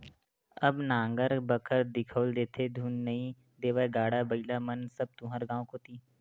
अब नांगर बखर दिखउल देथे धुन नइ देवय गाड़ा बइला मन सब तुँहर गाँव कोती